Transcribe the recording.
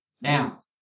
Now